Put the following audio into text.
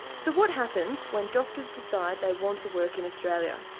so what happens when doctors decide they want to work in australia?